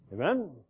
Amen